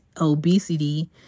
obesity